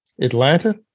Atlanta